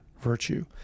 virtue